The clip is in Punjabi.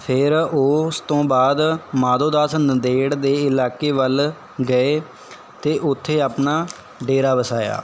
ਫਿਰ ਉਸ ਤੋਂ ਬਾਅਦ ਮਾਧੋਦਾਸ ਨੰਦੇੜ ਦੇ ਇਲਾਕੇ ਵੱਲ ਗਏ ਅਤੇ ਉੱਥੇ ਆਪਣਾ ਡੇਰਾ ਵਸਾਇਆ